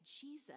Jesus